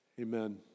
amen